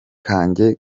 kanjye